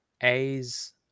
A's